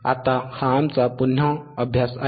आता हा आमचा पुन्हा अभ्यास आहे